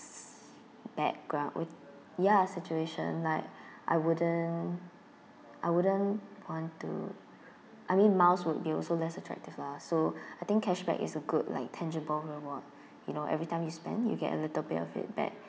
background with ya situation like I wouldn't I wouldn't want to I mean miles would be also less attractive lah so I think cashback is a good like tangible reward you know every time you spend you get a little bit of it back